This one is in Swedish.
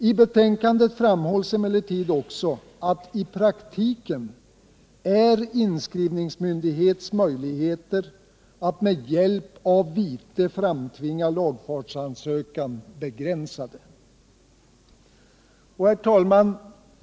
I betänkandet framhålls emellertid också att i praktiken är inskrivningsmyndighetens möjligheter att med hjälp av vite framtvinga lagfartsansökan begränsade. Herr talman!